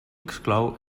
exclou